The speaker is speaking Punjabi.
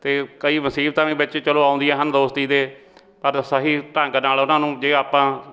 ਅਤੇ ਕਈ ਮੁਸੀਬਤਾਂ ਵੀ ਵਿੱਚ ਚਲੋ ਆਉਂਦੀਆਂ ਹਨ ਦੋਸਤੀ ਦੇ ਪਰ ਸਹੀ ਢੰਗ ਨਾਲ ਉਹਨਾਂ ਨੂੰ ਜੇ ਆਪਾਂ